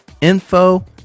Info